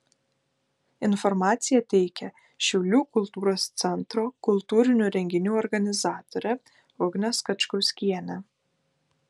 informaciją teikia šiaulių kultūros centro kultūrinių renginių organizatorė ugnė skačkauskienė